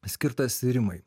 skirtas rimai